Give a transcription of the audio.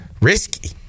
risky